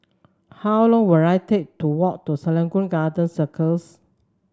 how long will I take to walk to Serangoon Garden Circus